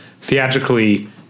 theatrically